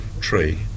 tree